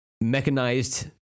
Mechanized